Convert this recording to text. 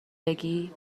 بگی